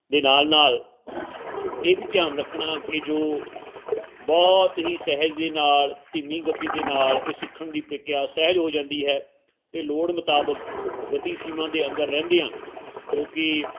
ਦੇ ਨਾਲ ਨਾਲ ਇਹ ਵੀ ਧਿਆਨ ਰੱਖਣਾ ਕਿ ਜੋ ਬਹੁਤ ਹੀ ਸਹਿਜ ਦੇ ਨਾਲ ਧੀਮੀ ਗਤੀ ਦੇ ਨਾਲ ਇਹ ਸਿੱਖਣ ਦੀ ਪ੍ਰਕਿਰਿਆ ਸਹਿਜ ਹੋ ਜਾਂਦੀ ਹੈ ਅਤੇ ਲੋੜ ਮੁਤਾਬਿਕ ਗਤੀ ਸੀਮਾ ਦੇ ਅੰਦਰ ਰਹਿੰਦਿਆਂ ਜੋ ਕੀ